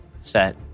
Set